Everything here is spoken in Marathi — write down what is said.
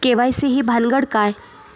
के.वाय.सी ही भानगड काय?